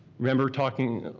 remember talking,